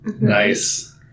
Nice